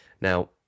Now